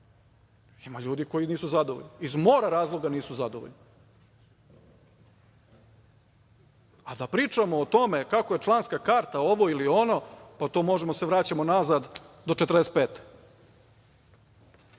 ima ljudi koji nisu zadovoljni. Iz mora razloga nisu zadovoljni.A da pričamo o tome kako je članska karta ovo ili ono, pa to možemo da se vraćamo nazad do 1945.